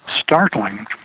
startling